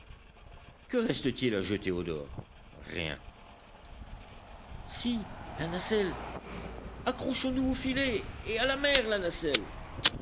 que reste-t-il à jeter au dehors rien si la nacelle accrochons nous au filet et à la mer la nacelle